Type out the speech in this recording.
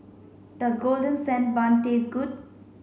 does golden sand bun taste good